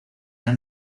han